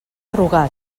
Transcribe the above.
rugat